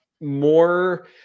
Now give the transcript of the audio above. more